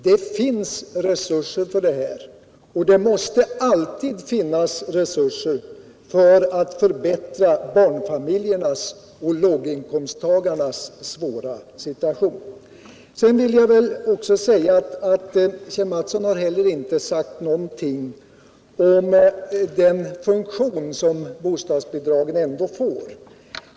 Det finns resurser för det här, och det måste alltid finnas resurser för att förbättra barnfamiljernas och låginkomsttagarnas svåra situation. Kjell Mattsson har inte heller sagt någonting om den funktion som bostadsbidragen ändå får.